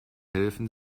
helfen